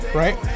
right